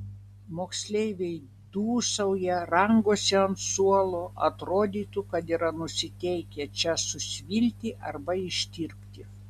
moksleiviai dūsauja rangosi ant suolo atrodytų kad yra nusiteikę čia susvilti arba ištirpti